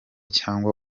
cyangwa